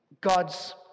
God's